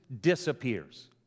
disappears